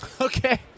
Okay